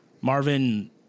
Marvin